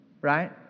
Right